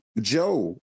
Joe